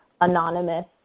anonymous